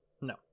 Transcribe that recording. No